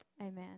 amen